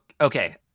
okay